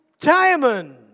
diamond